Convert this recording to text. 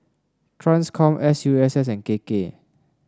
Transcom S U S S and K K